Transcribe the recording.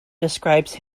describes